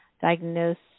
diagnosed